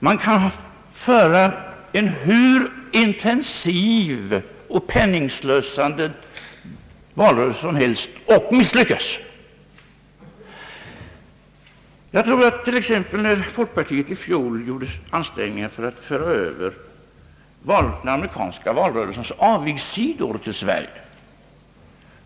Man kan föra en hur intensiv och penningslösande valrörelse som helst, och misslyckas! Folkpartiet gjorde t.ex. i fjol ansträngningar att föra över den amerikanska valrörelsens avigsidor till Sverige.